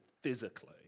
physically